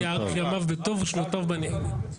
השם יאריך ימיו בטוב ושנותיו בנעימים.